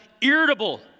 Irritable